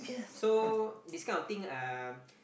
so this kind of thing uh